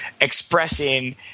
expressing